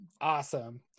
Awesome